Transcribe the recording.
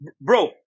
Bro